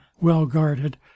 well-guarded